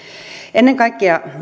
ennen kaikkea